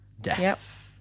Death